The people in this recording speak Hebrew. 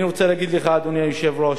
אני רוצה להגיד לך, אדוני היושב-ראש,